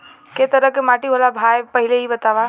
कै तरह के माटी होला भाय पहिले इ बतावा?